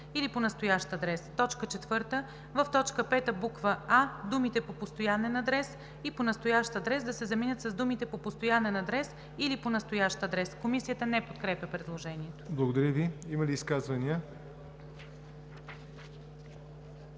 Благодаря Ви. Има ли изказвания?